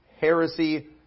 heresy